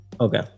Okay